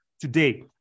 today